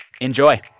Enjoy